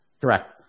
Correct